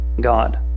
God